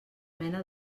mena